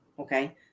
okay